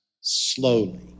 Slowly